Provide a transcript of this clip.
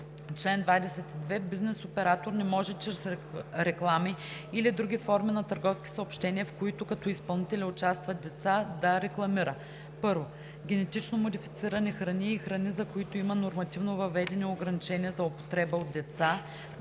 „Чл. 22. Бизнес оператор не може чрез реклами или други форми на търговски съобщения, в които като изпълнители участват деца, да рекламира: 1. генетично модифицирани храни и храни, за които има нормативно въведени ограничения за употреба от деца;